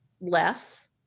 less